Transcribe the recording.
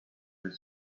his